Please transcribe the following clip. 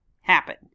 happen